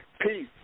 Peace